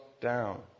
down